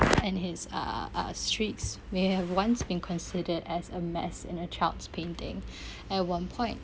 and his uh uh streaks may have once been considered as a mess in a child's painting at one point